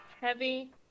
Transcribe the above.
heavy